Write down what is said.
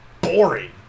Boring